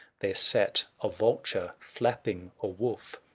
there sat a vulture flapping a wolf.